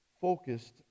focused